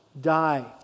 die